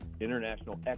International